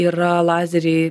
yra lazeriai